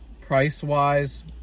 price-wise